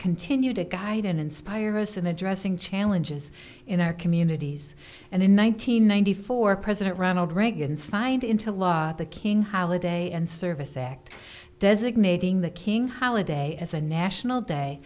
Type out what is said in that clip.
continue to guide and inspire us in addressing challenges in our communities and in one nine hundred ninety four president ronald reagan signed into law the king holiday and service act designating the king holiday as a national day